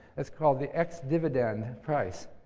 it's called the ex-dividend price,